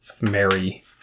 Mary